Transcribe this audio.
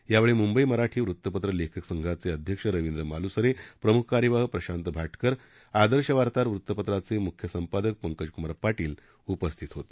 यावेळी म्ंबई मराठी वृतपत्रलेखक संघाचे अध्यक्ष रविंद्र माल्सरे संघाचे प्रम्ख कार्यवाह प्रशांत भाटकर आदर्श वार्ताहर वृतपत्राचे म्ख्य संपादक पंकजक्मार पाटील उपस्थित होते